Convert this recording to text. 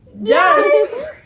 Yes